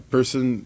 Person